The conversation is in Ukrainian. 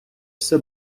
все